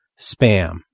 spam